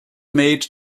made